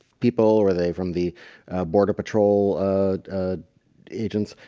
people were they from the border patrol? ah, ah, agents,